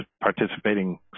participating